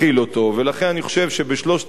ולכן אני חושב שבשלושת המובנים,